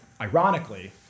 Ironically